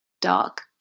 dark